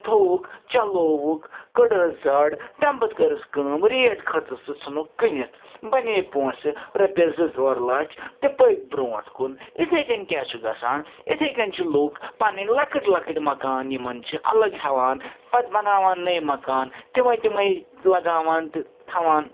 تھوٚوُکھ چلووُکھ کٔڑہَس زَڈ تَمہِ پَتہٕ کٔرٕس کٲم ریٹ کھٔژٕس تہٕ ژھٕنُکھ کٕنِتھ بنے پونٛسہٕ رۄپیَس زٕ ژور لَچھ تہٕ پٔکۍ برٛونٛٹھ کُن یِتھَے کٔنۍ کیٛاہ چھُ گژھان یِتھَے کٔنۍ چھِ لُکھ پَنٕنۍ لۄکٕٹۍ لۄکٕٹۍ مَکان یِمَن چھِ الگ ہٮ۪وان پَتہٕ بناوان نٔے مکان تِمَے تِمَے لگاوان تہِ تھَوان